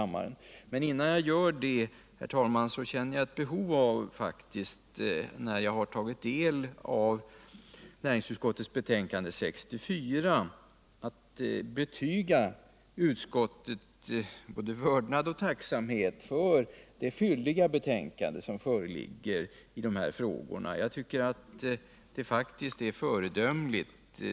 Men innan jag gör det, herr talman, känner Jag faktiskt ett behov, när jag har tagit del av näringsutskottets betänkande nr 64, att betyga utskottet både vördnad och tacksamhet för det fylliga betänkande som föreligger i de här frågorna. Jag tycker att det är föredömligt.